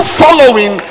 following